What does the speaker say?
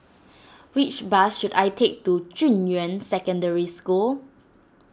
which bus should I take to Junyuan Secondary School